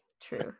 true